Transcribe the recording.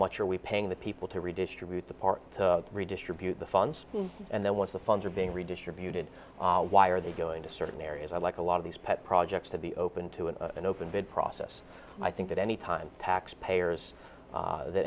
much are we paying the people to redistribute the parts to redistribute the funds and then once the funds are being redistributed why are they going to certain areas i like a lot of these pet projects to be open to an open bid process i think that any time taxpayers that